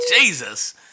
Jesus